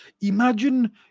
Imagine